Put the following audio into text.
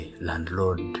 landlord